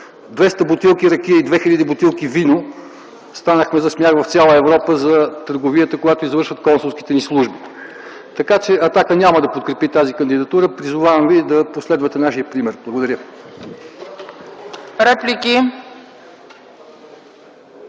200 бутилки ракия и 2000 бутилки вино. Станахме за смях в цяла Европа за търговията, която извършват консулските ни служби. „Атака” няма да подкрепи тази кандидатура. Призовавам ви да последвате нашия пример. Благодаря.